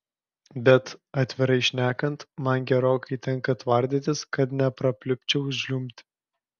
bet atvirai šnekant man gerokai tenka tvardytis kad neprapliupčiau žliumbti